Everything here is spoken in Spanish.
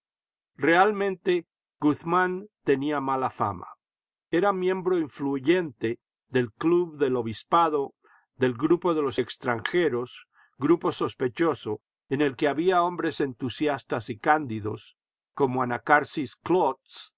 realmente guzmán tenía mala fama era miembro influyente del club del obi pado del grupo de los extranjeros grupo sospechoso en el que había hombres entusiastas y candidos como anacarsis